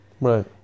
Right